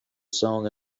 song